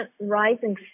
rising